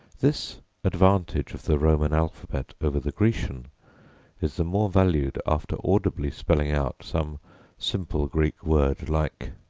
this advantage of the roman alphabet over the grecian is the more valued after audibly spelling out some simple greek word, like